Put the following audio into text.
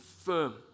firm